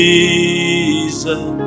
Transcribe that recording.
Jesus